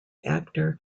actor